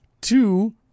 two